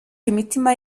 imitima